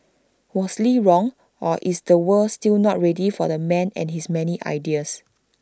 was lee wrong or is the world still not ready for the man and his many ideas